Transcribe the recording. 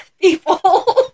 people